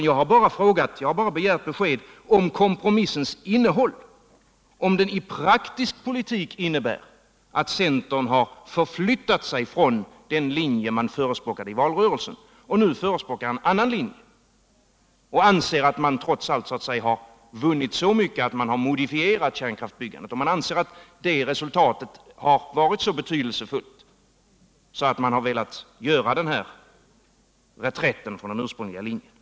Jag har bara begärt besked om kompromissens innehåll, om det i praktisk poliuk innebär att centern har flyttat sig från den linje man förespråkade i valrörelsen och nu förespråkar en annan linje. Har man därigenom trots allt vunnit så mycket ecnom eu modifierat kärnkraftsbyggande att resultatet anses så betydelsefullt att man velat göra denna reträtt från den ursprungliga linjen?